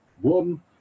one